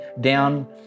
down